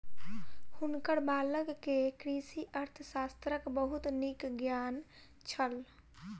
हुनकर बालक के कृषि अर्थशास्त्रक बहुत नीक ज्ञान छल